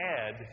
add